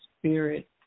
Spirit